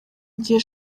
igihe